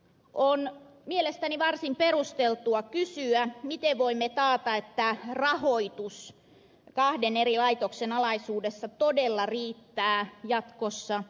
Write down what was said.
on mielestäni varsin perusteltua kysyä miten voimme taata että rahoitus kahden eri laitoksen alaisuudessa todella riittää jatkossa tutkimustoimintaan